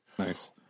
nice